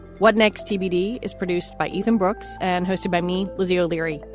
what next? tbd is produced by ethan brooks and hosted by me. lizzie o'leary.